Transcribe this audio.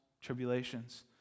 Tribulations